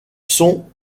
sont